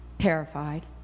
Terrified